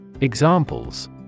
Examples